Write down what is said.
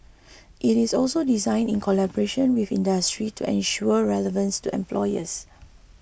it is also designed in collaboration with industry to ensure relevance to employers